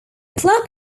club